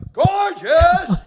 gorgeous